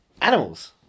Animals